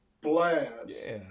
blast